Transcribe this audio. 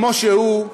כמו שהוא,